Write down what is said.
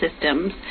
systems